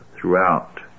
throughout